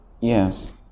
Yes